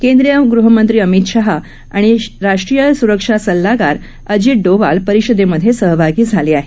केंद्रीय गृहमंत्री अमित शाह आणि राष्ट्रीय सुरक्षा सल्लागार अजित डोवाल परिषदेमधे सहभागी झाले आहेत